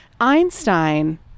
Einstein